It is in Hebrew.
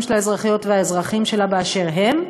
של האזרחיות והאזרחים שלה באשר הם?